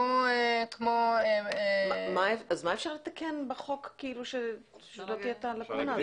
מה אפשר לתקן בחוק שלא תהיה את הלקונה הזאת?